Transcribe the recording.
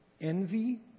Envy